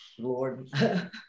Lord